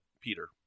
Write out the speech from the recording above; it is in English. Peter